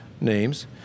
names